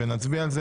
ונצביע עליה,